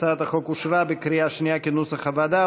הצעת החוק אושרה בקריאה שנייה כנוסח הוועדה.